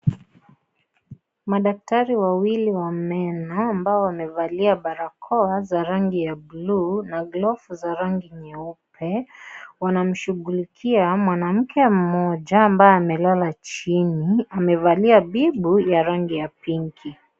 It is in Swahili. Madaktari wawili wa meno, ambao wamevalia barakoa za rangi ya buluu na glovu za rangi nyeupe, wanamshughulikia mwanamke mmoja, ambaye amelala chini. Amevalia bibu ya rangi ya pinki.